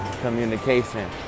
communication